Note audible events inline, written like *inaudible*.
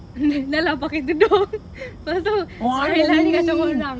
*laughs* dah lah pakai tudung lepas tu lari lari kacau orang